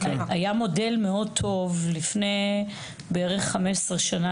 היה מודל מאוד טוב לפני בערך 15 שנה,